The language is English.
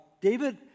David